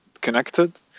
connected